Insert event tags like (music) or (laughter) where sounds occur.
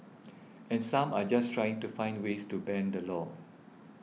(noise) and some are just trying to find the ways to bend the law